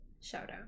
shout-out